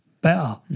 better